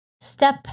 step